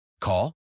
Call